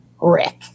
Rick